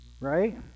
right